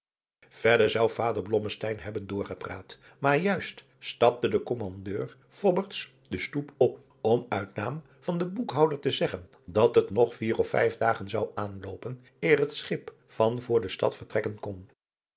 verder zou vader blommesteyn hebben doorgepraat maar juist stapte de kommandeur fobadriaan loosjes pzn het leven van johannes wouter blommesteyn berts de stoep op om uit naam van den boekhouder te zeggen dat het nog vier of vijf dagen zou aanloopen eer het schip van voor de stad vertrekken kon